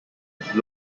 have